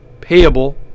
payable